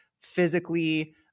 physically